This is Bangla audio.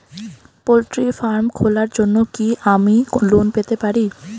পোল্ট্রি ফার্ম খোলার জন্য কি আমি লোন পেতে পারি?